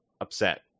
upset